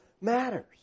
matters